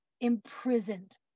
imprisoned